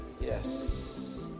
Yes